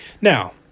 Now